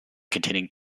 containing